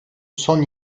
son